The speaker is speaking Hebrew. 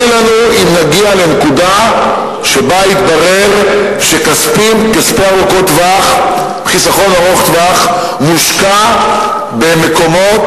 אוי לנו אם נגיע לנקודה שבה יתברר שחיסכון ארוך טווח מושקע במקומות